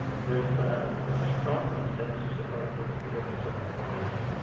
there's a strong consensus about the importance of democracy,